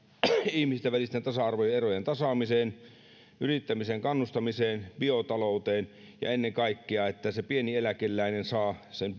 ihmisten välisten tasa arvoerojen tasaamiseen yrittämiseen kannustamiseen biotalouteen ja ennen kaikkea siihen että pieni eläkeläinen saa sen